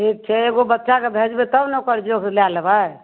ठीक छै एगो बच्चाके भेजबै तब ने ओकर जोख लए लेबै